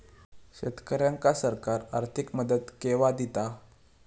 शेतकऱ्यांका सरकार आर्थिक मदत केवा दिता?